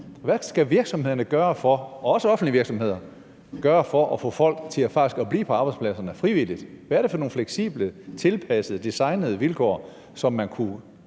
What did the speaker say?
offentlige virksomheder, gøre for at få folk til faktisk at blive på arbejdspladserne frivilligt? Hvad er det for nogle fleksible, tilpassede, designede vilkår, som man ad